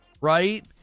right